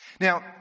now